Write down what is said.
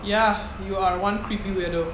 ya you are one creepy weirdo